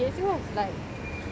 VSCO has like